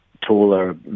taller